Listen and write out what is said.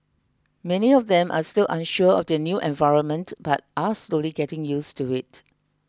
many of them are still unsure of their new environment but are slowly getting used to it